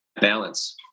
balance